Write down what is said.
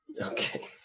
Okay